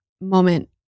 moment